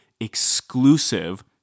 exclusive